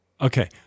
Okay